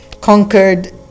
conquered